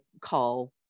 call